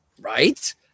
right